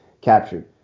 captured